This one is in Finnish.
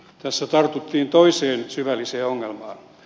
tässä tartuttiin toiseen syvälliseen ongelmaan